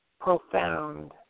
profound